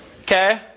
Okay